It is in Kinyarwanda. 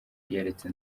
yaretse